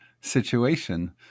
situation